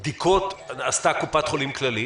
כמה בדיקות עשתה קופת חולים כללית?